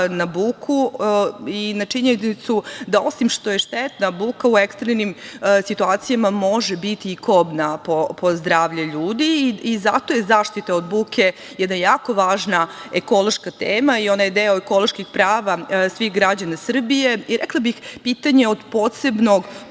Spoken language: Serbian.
na buku i na činjenicu da, osim što je štetna buka u ekstremnim situacijama, može biti i kobna po zdravlje ljudi i zato je zaštita od buke jedna jako važna ekološka tema i ona je deo ekoloških prava svih građana Srbije, i rekla bih pitanje od posebnog